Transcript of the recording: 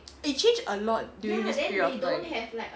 it changed a lot during this period of time